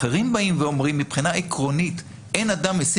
אחרים באים ואומרים שמבחינה עקרונית אין אדם משים